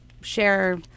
share